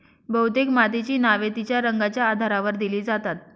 बहुतेक मातीची नावे तिच्या रंगाच्या आधारावर दिली जातात